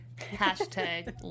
Hashtag